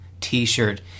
t-shirt